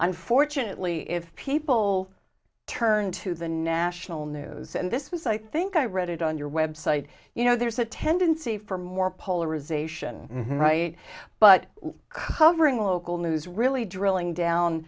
unfortunately if people turn to the national news and this was i think i read it on your web site you know there's a tendency for more polarization right but covering local news really drilling down